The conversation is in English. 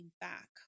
back